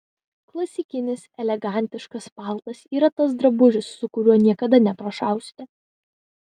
klasikinis elegantiškas paltas yra tas drabužis su kuriuo niekada neprašausite